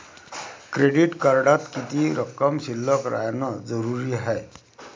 Credit कार्डात किती रक्कम शिल्लक राहानं जरुरी हाय?